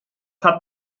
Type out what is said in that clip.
hat